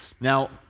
Now